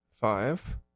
Five